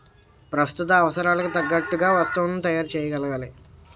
ప్రస్తుత అవసరాలకు తగ్గట్టుగా వస్తువులను తయారు చేయగలగాలి